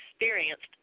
experienced